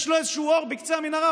יש לו איזשהו אור בקצה המנהרה.